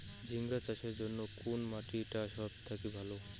ঝিঙ্গা চাষের জইন্যে কুন মাটি টা সব থাকি ভালো?